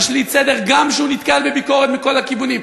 משליט סדר גם כשהוא נתקל בביקורת מכל הכיוונים,